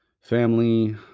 family